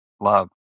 Love